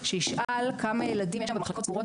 שישאל כמה ילדים ונוער יש היום במחלקות סגורות,